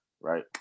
right